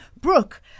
Brooke